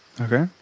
Okay